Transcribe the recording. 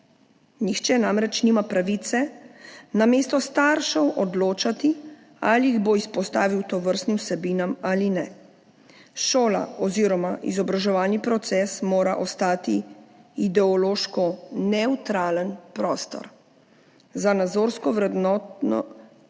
Nihče namreč nima pravice namesto staršev odločati, ali jih bo izpostavil tovrstnim vsebinam ali ne. Šola oziroma izobraževalni proces mora ostati ideološko nevtralen prostor, za nazorsko-vrednotno vzgojo